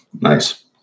Nice